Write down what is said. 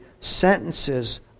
Sentences